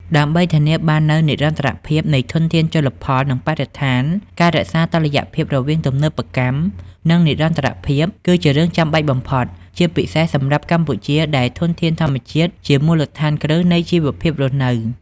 ដើម្បីធានាបាននូវនិរន្តរភាពនៃធនធានជលផល និងបរិស្ថាន ការរក្សាតុល្យភាពរវាងទំនើបកម្ម និងនិរន្តរភាព គឺជារឿងចាំបាច់បំផុត ជាពិសេសសម្រាប់កម្ពុជាដែលធនធានធម្មជាតិជាមូលដ្ឋានគ្រឹះនៃជីវភាពរស់នៅ។